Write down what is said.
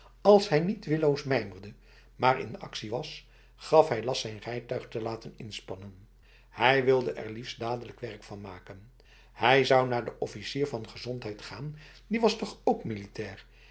als hij niet willoos mijmerde maar in actie was gaf hij last zijn rijtuig te laten inspannen hij wilde er liefst dadelijk werk van maken hij zou naar de officier van gezondheid gaan die was toch ook militair